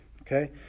okay